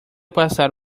passar